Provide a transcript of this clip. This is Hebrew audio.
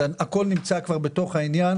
הכול נמצא בתוך העניין.